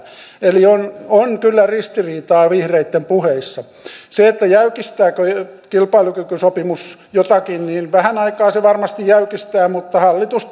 eli on on kyllä ristiriitaa vihreitten puheissa siitä jäykistääkö kilpailukykysopimus jotakin vähän aikaa se varmasti jäykistää mutta hallitus